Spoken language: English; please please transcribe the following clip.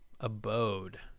abode